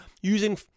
using